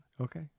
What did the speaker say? Okay